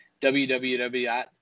www